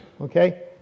Okay